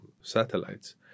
satellites